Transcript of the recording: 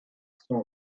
son